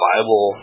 Bible